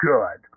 Good